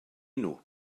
nhw